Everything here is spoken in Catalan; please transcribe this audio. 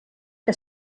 que